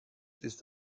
ist